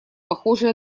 похожее